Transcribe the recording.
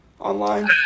online